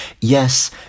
Yes